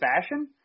fashion